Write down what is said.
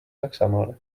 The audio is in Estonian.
saksamaale